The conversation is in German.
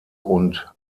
und